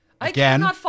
Again